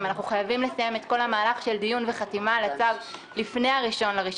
אנחנו חייבים לסיים את כל המהלך של דיון וחתימה על הצו לפני כן.